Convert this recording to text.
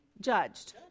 judged